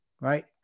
Right